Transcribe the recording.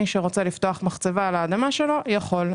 מי שרוצה לפתוח מחצבה על האדמה שלו יכול,